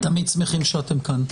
תמיד שמחים שאתם כאן.